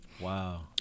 Wow